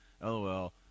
LOL